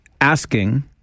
asking